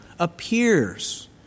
appears